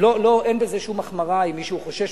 אין בזה שום החמרה, אם מישהו חושש.